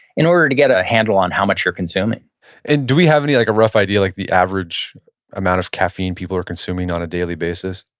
in order to get a handle on how much you're consuming and do we have any, like a rough idea, like the average amount or caffeine people are consuming on a daily basis?